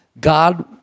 God